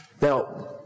Now